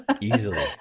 Easily